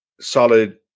solid